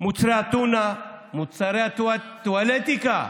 מוצרי הטונה, מוצרי הטואלטיקה,